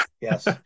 Yes